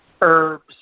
herbs